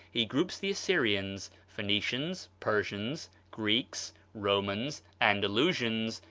he groups the assyrians, phoenicians, persians, greeks, romans, andalusians,